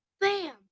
bam